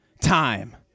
time